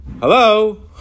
hello